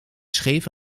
scheef